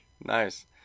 Nice